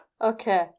Okay